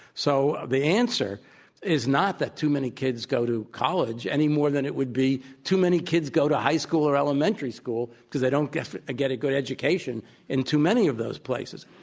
so the answer is not that too many kids go to college any more than it would be too many kid go to high school or elementary school because they don't get get a good education in too many of those places,